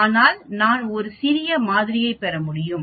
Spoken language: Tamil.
ஆனால் நான் ஒரு சிறிய மாதிரியைப் பெற முடியும்